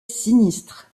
sinistre